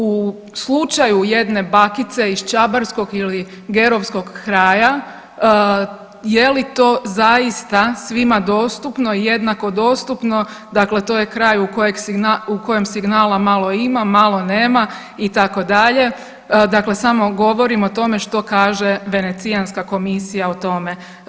U slučaju jedne bakice iz čabarskog ili gerovskog kraja je li to zaista svima dostupno, jednako dostupno, dakle to je kraj u kojem signala malo ima malo nema itd., dakle samo govorim o tome što kaže venecijanska komisija o tome.